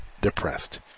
depressed